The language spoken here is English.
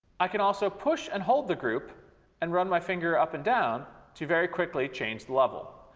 i can also push and hold the group and run my finger up and down to very quickly change the level.